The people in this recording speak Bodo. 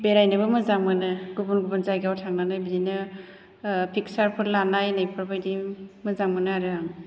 बेरायनोबो मोजां मोनो गुबुन गुबुन जायगायाव थांनानै बिदिनो पिकसारफोर लानाय नैबेफोरबादि मोजां मोनो आरो आं